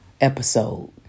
episode